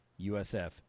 USF